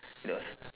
that was